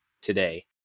today